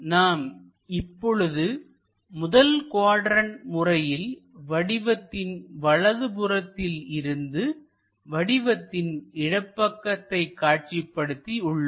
நாம் இப்பொழுது முதல் குவாட்ரண்ட் முறையில் வடிவத்தின் வலது புறத்தில் இருந்து வடிவத்தின் இடப்பக்கத்தைக் காட்சிப்படுத்தி உள்ளோம்